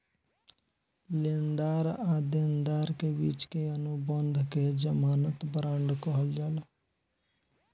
लेनदार आ देनदार के बिच के अनुबंध के ज़मानत बांड कहल जाला